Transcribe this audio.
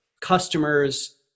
customers